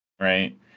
right